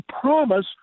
promise